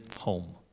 home